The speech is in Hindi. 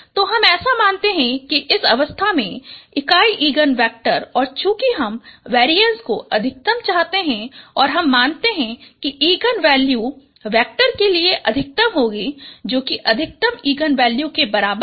तो हम ऐसा मानते है कि इस अवस्था में इकाई इगन वेक्टर हैं और चूकिं हम वेरीएंस को अधिकतम चाहते हैं और हम मानते है कि इगन वैल्यू वेक्टर के लिए अधिकतम होगी जो कि अधिकतम इगन वैल्यू के बराबर है